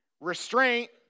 Restraint